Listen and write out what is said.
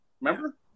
Remember